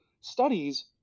studies